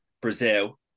Brazil